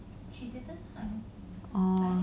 oh